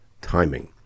timing